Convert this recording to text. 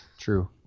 True